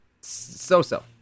So-so